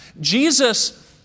Jesus